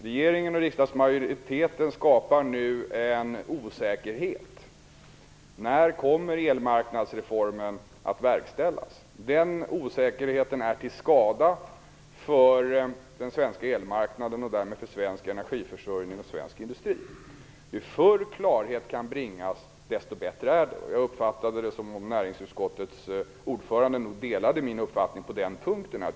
Regeringen och riksdagsmajoriteten skapar nu en osäkerhet. När kommer elmarknadsreformen att verkställas? Den osäkerheten är till skada för den svenska elmarknaden och därmed för svensk energiförsörjning och svensk industri. Ju förr klarhet kan bringas, desto bättre är det. Jag uppfattar det som att näringsutskottet ordförande delar min uppfattning på den punkten.